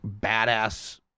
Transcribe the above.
badass